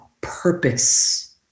purpose